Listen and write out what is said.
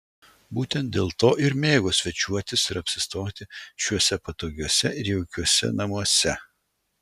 būtent dėlto ir mėgo svečiuotis ir apsistoti šiuose patogiuose ir jaukiuose namuose